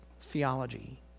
theology